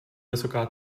vysoká